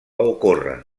ocórrer